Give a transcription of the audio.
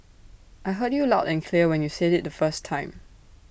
I heard you loud and clear when you said IT the first time